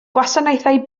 gwasanaethau